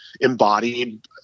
embodied